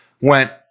went